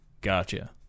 Gotcha